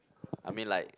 I mean like